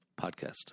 Podcast